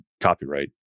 copyright